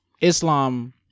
Islam